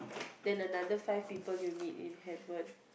then the other five people you'll meet in heaven